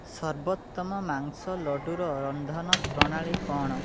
ସର୍ବୋତ୍ତମ ମାଂସ ଲଡ଼ୁର ରନ୍ଧନ ପ୍ରଣାଳୀ କ'ଣ